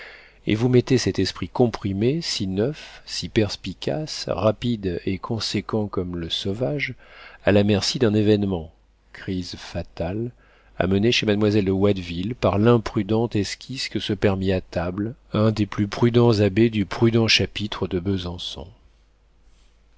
et vous mettez cet esprit comprimé si neuf si perspicace rapide et conséquent comme le sauvage à la merci d'un événement crise fatale amenée chez mademoiselle de watteville par l'imprudente esquisse que se permit à table un des plus prudents abbés du prudent chapitre de besançon